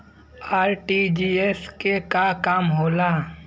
RTGS के का काम होला?